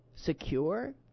secure